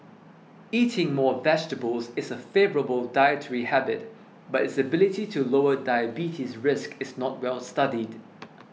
eating more vegetables is a favourable dietary habit but its ability to lower diabetes risk is not well studied